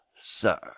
sir